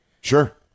Sure